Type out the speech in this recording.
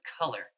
color